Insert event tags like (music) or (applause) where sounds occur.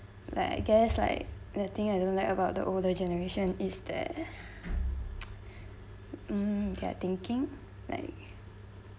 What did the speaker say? like I guess like the thing I don't like about the older generation is that (noise) mm they're thinking like